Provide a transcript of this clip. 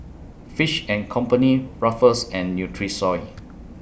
Fish and Company Ruffles and Nutrisoy